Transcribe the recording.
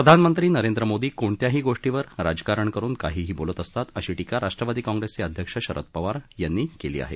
प्रधानमंत्री नरेंद्र मोदी कोणत्याही गोष्टीवर राजकारण करून काहीही बोलत असतात अशी टीका राष्ट्रवादी कांप्रेसचे अध्यक्ष शरद पवार यांनी केली आहे